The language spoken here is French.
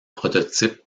prototype